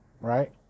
right